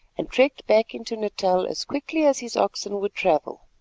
and trekked back into natal as quickly as his oxen would travel.